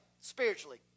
spiritually